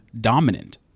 dominant